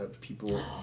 people